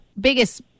biggest